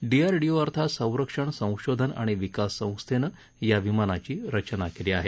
DRDO अर्थात संरक्षण संशोधन आणि विकास संस्थेनं या विमानाची रचना केली आहे